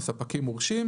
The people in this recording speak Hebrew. לספקים מורשים,